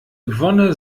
wonne